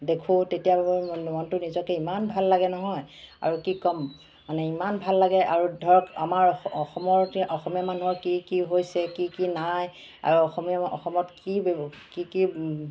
দেখোঁ তেতিয়া মনটো নিজকে ইমান ভাল লাগে নহয় আৰু কি ক'ম মানে ইমান ভাল লাগে আৰু ধৰক অস আমাৰ অসমৰ এতিয়া অসমীয়া মানুহৰ কি কি হৈছে কি কি নাই আৰু অসমীয়া অসমত কি কি কি